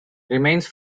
remains